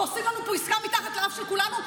ועושים לנו פה עסקה מתחת לאף של כולנו,